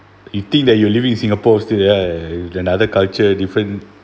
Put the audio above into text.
you think that you live in singapore still ya ya another culture different